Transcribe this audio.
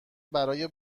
برای